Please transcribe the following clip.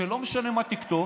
שלא משנה מה תכתוב,